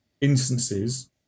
instances